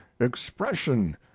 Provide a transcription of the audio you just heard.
expression